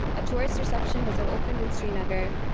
a tourist reception was um opened in srinagar,